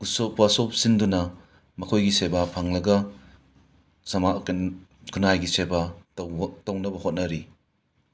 ꯎꯁꯣꯞ ꯋꯥꯁꯣꯞ ꯁꯤꯟꯗꯨꯅ ꯃꯈꯣꯏꯒꯤ ꯁꯦꯕꯥ ꯐꯪꯂꯒ ꯁꯃꯥꯖ ꯈꯨꯟꯅꯥꯏꯒꯤ ꯁꯦꯕꯥ ꯇꯧꯕ ꯇꯧꯅꯕ ꯍꯣꯠꯅꯔꯤ